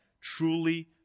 truly